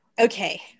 okay